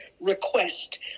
request